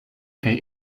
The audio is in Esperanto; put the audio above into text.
kaj